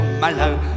malin